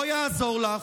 לא יעזור לך.